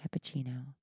cappuccino